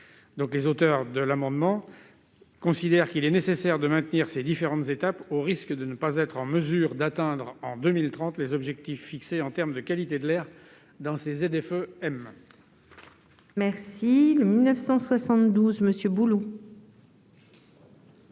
part, les auteurs de cet amendement considèrent qu'il est nécessaire de maintenir ces différentes étapes, au risque de ne pas être en mesure d'atteindre, en 2030, les objectifs fixés en termes de qualité de l'air dans les ZFE-m. L'amendement n° 1972